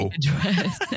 dress